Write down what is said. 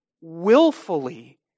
willfully